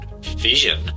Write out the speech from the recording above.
vision